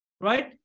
right